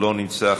לא נמצא,